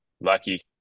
lucky